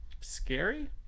Scary